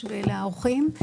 האורחים.